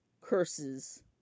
curses